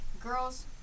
girls